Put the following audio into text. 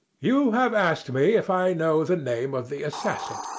you have asked me if i know the name of the assassin.